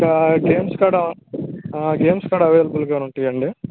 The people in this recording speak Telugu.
ఇక్కడ గేమ్స్ కూడా గేమ్స్ కూడా అవైలబుల్గానే ఉంటాయండీ